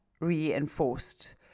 reinforced